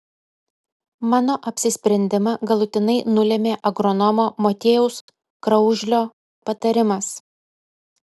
mano apsisprendimą galutinai nulėmė agronomo motiejaus kraužlio patarimas